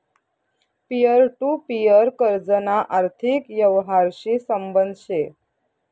peer to peer कर्जना आर्थिक यवहारशी संबंध शे